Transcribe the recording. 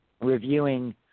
reviewing